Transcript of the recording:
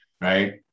right